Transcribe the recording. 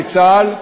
בצה"ל,